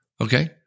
okay